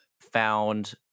found